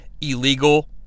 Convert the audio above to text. illegal